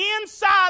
Inside